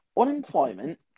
Unemployment